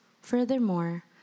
Furthermore